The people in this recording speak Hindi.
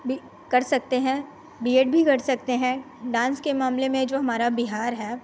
भी कर सकते हैं बी एड भी कर सकते हैं डान्स के मामले में जो हमारा बिहार है